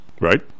Right